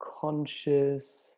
conscious